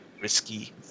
risky